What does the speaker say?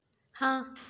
हाँ